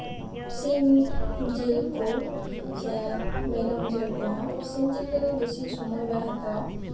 ᱥᱤᱢ ᱡᱤᱞ ᱥᱮ ᱢᱮᱨᱚᱢ ᱡᱤᱞ ᱠᱚᱸᱦᱚ ᱥᱤᱢ ᱡᱤᱞ ᱨᱮᱫᱚ ᱵᱮᱥᱤ ᱥᱚᱢᱚᱭ ᱵᱥᱟᱭ ᱦᱟᱛᱟᱣᱟ